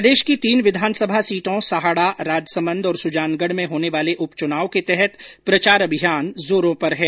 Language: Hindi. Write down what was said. प्रदेश की तीन विधानसभा सीटों सहाड़ा राजसमंद और सुजानगढ़ में होने वाले उपचुनाव के तहत प्रचार अभियान जोरों पर है